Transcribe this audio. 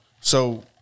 So-